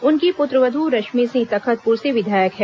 उनकी पुत्रवधु रश्मि सिंह तखतपुर से विधायक है